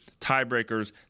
tiebreakers